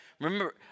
Remember